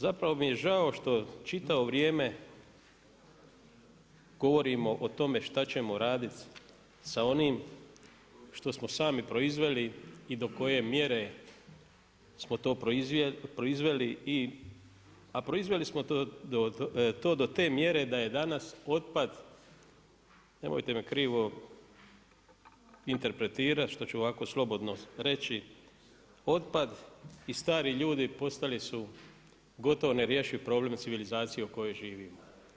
Zapravo mi je žao što čitavo vrijeme govorimo o tome šta ćemo raditi sa onim što smo sami proizveli i do koje mjere smo to proizveli a proizveli smo to do te mjere da je danas otpad, nemojte me krivo interpretirati što ću ovako slobodno reći, otpad i stari ljudi postali su gotovo nerješiv problem civilizacije u kojoj živimo.